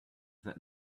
that